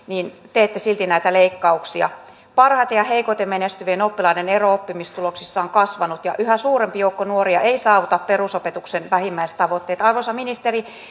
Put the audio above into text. teette silti näitä leikkauksia parhaiten ja heikoiten menestyvien oppilaiden ero oppimistuloksissa on kasvanut ja yhä suurempi joukko nuoria ei saavuta perusopetuksen vähimmäistavoitteita arvoisa ministeri